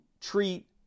treat